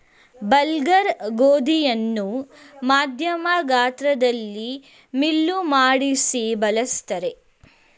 bulgur ಗೋಧಿಯನ್ನು ಮಧ್ಯಮ ಗಾತ್ರದಲ್ಲಿ ಮಿಲ್ಲು ಮಾಡಿಸಿ ಬಳ್ಸತ್ತರೆ